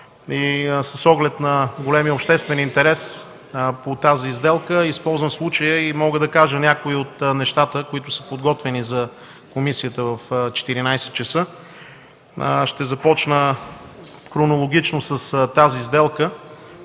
с оглед на големия обществен интерес по тази сделка използвам случая и мога да кажа някои от нещата, които са подготвени за комисията в 14,00 ч. Ще започна хронологично с тази сделка.